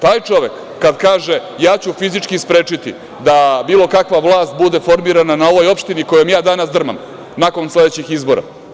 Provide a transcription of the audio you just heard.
Taj čovek kada kaže – ja ću fizički sprečiti da bilo kakva vlast bude formirana na ovoj opštini kojom ja danas drmam nakon sledećih izbora.